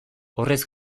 horrez